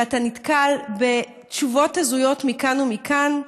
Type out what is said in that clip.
ואתה נתקל בתשובות הזויות מכאן ומכאן,